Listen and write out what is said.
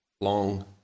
long